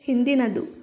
ಹಿಂದಿನದು